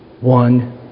One